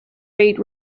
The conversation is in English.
rate